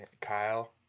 Kyle